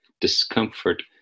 discomfort